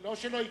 לא שלא יקנאו.